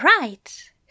right